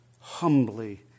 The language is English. humbly